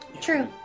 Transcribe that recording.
True